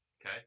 okay